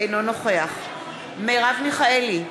אינו נוכח מרב מיכאלי,